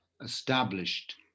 established